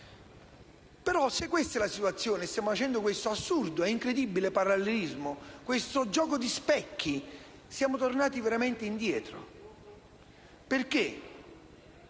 Se questa è la situazione e stiamo facendo questo assurdo e incredibile parallelismo, questo gioco di specchi, siamo tornati veramente indietro, perché